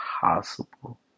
possible